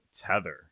Tether